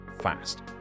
fast